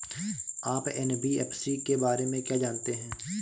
आप एन.बी.एफ.सी के बारे में क्या जानते हैं?